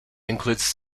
includes